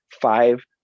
five